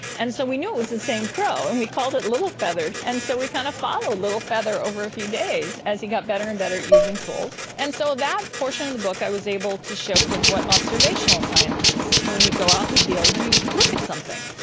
and so we knew it was the same crow and we called it little feather. and so we kind of followed little feather over a few days as he got better and better at using tools. and so that portion of the book i was able to show kids what observational science is, so when you go out in the field and you look at something.